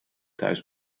thuis